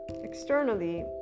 externally